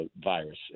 virus